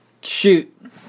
shoot